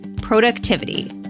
productivity